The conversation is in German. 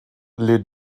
les